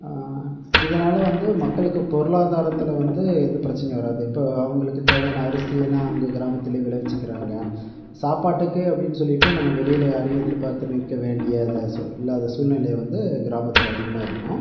இதனால் வந்து மக்களுக்கு பொருளாதாரத்தில் வந்து எந்த பிரச்சினையும் வராது இப்போது அவங்களுக்கு தேவையான அரிசியெல்லாம் அவங்க கிராமத்திலே விளைவிச்சுக்கிறாங்க சாப்பாட்டுக்கு அப்படின் சொல்லிட்டு நம்ம வெளியில் யாரையும் எதிர்பார்த்து நிற்க வேண்டிய த சு இல்லாத சூழ்நிலை வந்து கிராமத்தில் அதிகமாக இருக்கும்